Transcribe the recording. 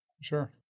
Sure